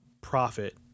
profit